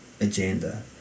agenda